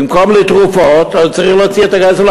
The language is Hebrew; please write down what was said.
במקום לתרופות הוא צריך להוציא את הכסף על